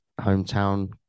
hometown